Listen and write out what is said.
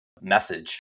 Message